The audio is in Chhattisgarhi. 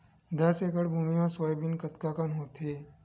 दस एकड़ भुमि म सोयाबीन कतका कन होथे?